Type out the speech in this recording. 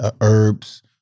herbs